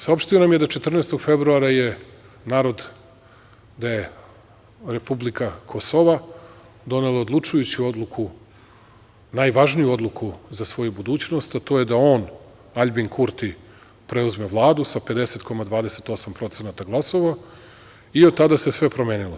Saopštio nam je da 14. februara je narod da je republika Kosova, donela odlučujuću odluku najvažniju odluku za svoju budućnost, a to je da on Aljbin Kurti preuzme vladu sa 50,25% glasova i od tada se sve promenilo.